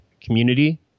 community